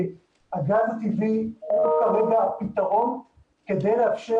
הגז הטבעי הוא כרגע הפתרון כדי לאפשר